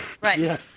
Right